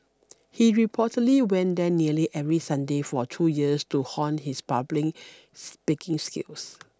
he reportedly went there nearly every Sunday for two years to hone his public speaking skills